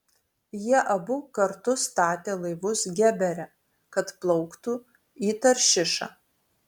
jie abu kartu statė laivus gebere kad plauktų į taršišą